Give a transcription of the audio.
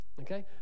okay